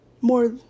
more